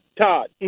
Todd